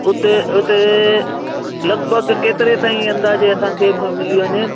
उते उते लगभॻि केतिरे ताईं अंदाजे सां थेब मिली वञे